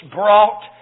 brought